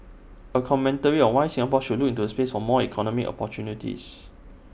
A commentary on why Singapore should look to space for more economic opportunities